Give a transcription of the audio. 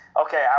okay